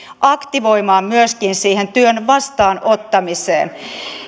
aktivoimaan myöskin siihen työn vastaanottamiseen